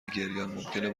گریانممکنه